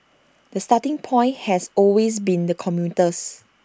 the starting point has always been the commuters